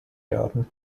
garden